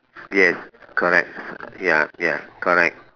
yes correct ya ya correct